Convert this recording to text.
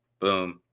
Boom